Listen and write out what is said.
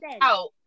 out